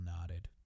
nodded